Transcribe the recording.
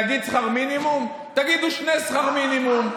נגיד שכר מינימום, תגידו שני שכר מינימום.